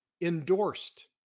endorsed